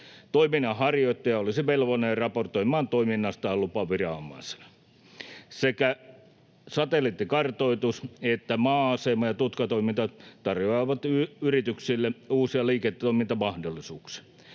Toiminnanharjoittaja olisi velvollinen raportoimaan toiminnastaan lupaviranomaiselle. Sekä satelliittikartoitus että maa-asema- ja tutkatoiminta tarjoavat yrityksille uusia liiketoimintamahdollisuuksia.